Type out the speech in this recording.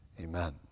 amen